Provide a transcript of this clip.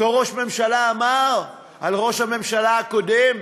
אותו ראש ממשלה אמר על ראש הממשלה הקודם: